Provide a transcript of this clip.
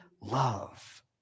love